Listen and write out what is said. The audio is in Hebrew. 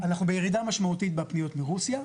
אנחנו בירידה משמעותית בפניות מרוסיה.